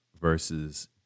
versus